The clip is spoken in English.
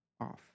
off